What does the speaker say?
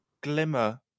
glimmer